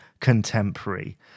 contemporary